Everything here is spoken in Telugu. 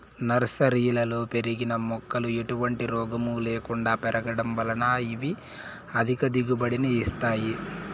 నర్సరీలలో పెరిగిన మొక్కలు ఎటువంటి రోగము లేకుండా పెరగడం వలన ఇవి అధిక దిగుబడిని ఇస్తాయి